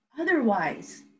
Otherwise